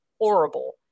horrible